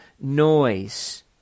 noise